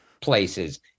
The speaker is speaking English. places